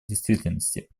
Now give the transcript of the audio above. действительности